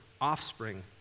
offspring